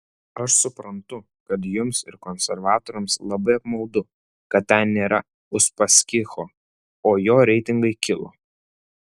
aš suprantu kad jums ir konservatoriams labai apmaudu kad ten nėra uspaskicho o jo reitingai kilo